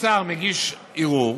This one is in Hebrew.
שר מגיש ערעור,